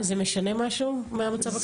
כן, אבל זה משנה משהו במצב הקיים?